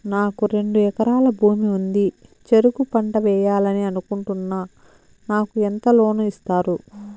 నాకు రెండు ఎకరాల భూమి ఉంది, చెరుకు పంట వేయాలని అనుకుంటున్నా, నాకు ఎంత లోను ఇస్తారు?